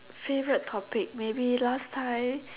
favorite topic maybe last time